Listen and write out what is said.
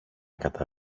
κατά